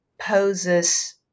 poses